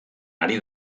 ari